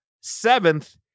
seventh